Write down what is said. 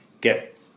get